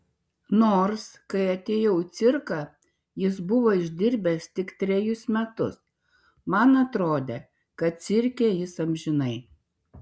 nors kai atėjau į cirką jis buvo išdirbęs tik trejus metus man atrodė kad cirke jis amžinai